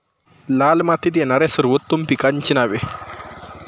लाल मातीत येणाऱ्या सर्वोत्तम पिकांची नावे?